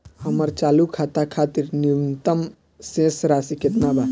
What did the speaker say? हमर चालू खाता खातिर न्यूनतम शेष राशि केतना बा?